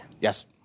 Yes